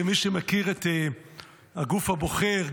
כמי שמכיר את הגוף הבוחר,